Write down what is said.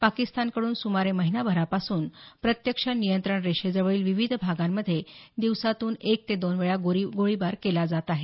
पाकिस्तानकडून सुमारे महिनाभरापासून प्रत्यक्ष नियंत्रण रेषेजवळील विविध भागामधे दिवसात एक ते दोन वेळा गोळीबार केला जात आहे